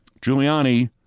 Giuliani